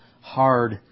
hard